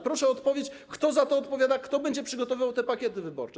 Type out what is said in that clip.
Proszę o odpowiedź, kto za to odpowiada, kto będzie przygotowywał te pakiety wyborcze.